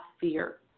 fear